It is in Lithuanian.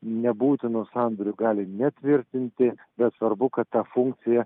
nebūtinų sandorių gali netvirtinti bet svarbu kad ta funkcija